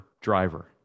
driver